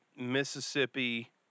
Mississippi